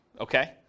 Okay